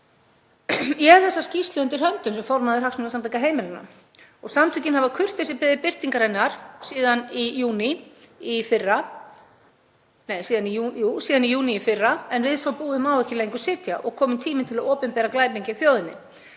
Ég hef þessa skýrslu undir höndum sem formaður Hagsmunasamtaka heimilanna og samtökin hafa kurteisislega beðið birtingarinnar síðan í júní í fyrra en við svo búið má ekki lengur sitja og kominn tími til að opinbera glæpinn gegn þjóðinni.